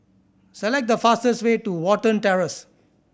select the fastest way to Watten Terrace